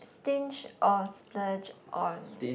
stinge or splurge on